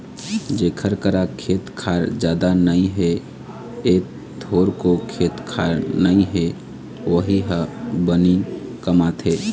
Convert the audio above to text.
जेखर करा खेत खार जादा नइ हे य थोरको खेत खार नइ हे वोही ह बनी कमाथे